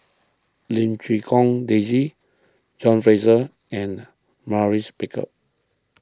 Lim Quee Hong Daisy John Fraser and Maurice Baker